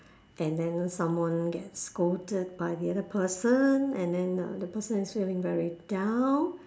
and then someone get scolded by the other person and then uh the person is feeling very down